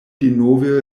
denove